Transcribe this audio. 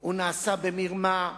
או נעשה במרמה.